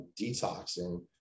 detoxing